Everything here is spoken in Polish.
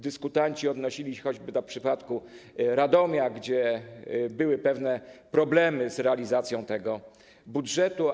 Dyskutanci odnosili się choćby do przypadku Radomia, gdzie były pewne problemy z realizacją tego budżetu.